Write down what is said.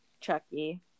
Chucky